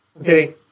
okay